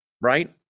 right